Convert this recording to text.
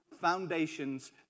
foundations